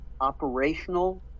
operational